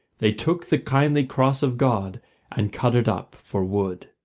they took the kindly cross of god and cut it up for wood.